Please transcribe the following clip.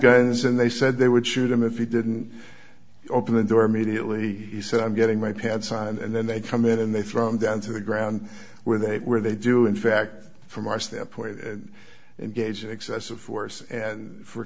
guns and they said they would shoot him if he didn't open the door immediately he said i'm getting my pants on and then they come in and they throw him down to the ground where they were they do in fact from our standpoint and engage in excessive force and for